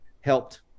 helped